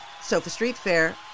SofaStreetFair